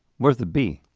where's the b?